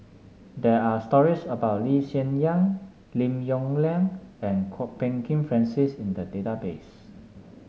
there are stories about Lee Hsien Yang Lim Yong Liang and Kwok Peng Kin Francis in the database